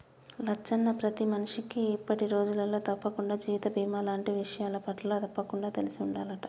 లచ్చన్న ప్రతి మనిషికి ఇప్పటి రోజులలో తప్పకుండా జీవిత బీమా లాంటి విషయాలపట్ల తప్పకుండా తెలిసి ఉండాలంట